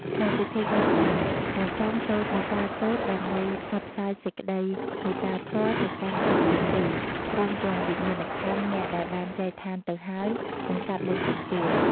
ក្នុងពិធីបុណ្យសព ព្រះសង្ឃសូត្រមេត្តាសូត្រ ដើម្បីផ្សព្វផ្សាយសេចក្តីមេត្តាធម៌ទៅកាន់គ្រប់ទិសទី រួមទាំងវិញ្ញាណក្ខន្ធអ្នកដែលបានចែកឋានទៅហើយ និងសត្វលោកទាំងពួង។